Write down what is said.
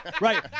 Right